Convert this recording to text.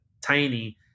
tiny